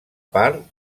part